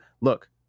Look